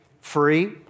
free